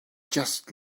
just